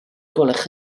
gwelwch